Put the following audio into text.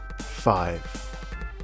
Five